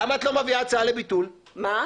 למה את לא מביאה הצעה לביטול לגמרי?